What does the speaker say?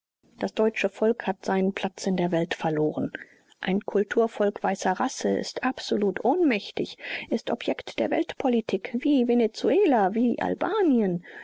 das deutsche volk hat seinen platz in der welt verloren ein kulturvolk weißer rasse ist absolut ohnmächtig ist objekt der weltpolitik wie venezuela wie albanien